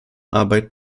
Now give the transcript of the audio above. arbeit